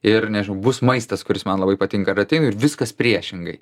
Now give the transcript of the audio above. ir nežinau bus maistas kuris man labai patinka ir ateinu ir viskas priešingai